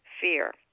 fear